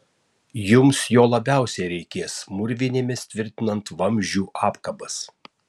jums jo labiausiai reikės mūrvinėmis tvirtinant vamzdžių apkabas